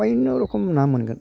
अय्न' रोखोम ना मोनगोन